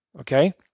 Okay